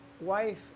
wife